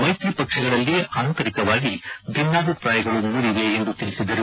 ಮೈತ್ರಿ ಪಕ್ಷಗಳಲ್ಲಿ ಅಂತರಿಕವಾಗಿ ಬಿನ್ನಬಿಪ್ರಾಯಗಳು ಮೂಡಿವೆ ಎಂದು ತಿಳಿಸಿದರು